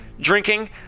drinking